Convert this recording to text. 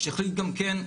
שהחליט גם כן,